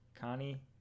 connie